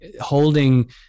holding